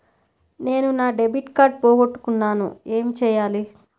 నేను నా debit card పోగొట్టుకున్నాను ఏమి చేయాలి?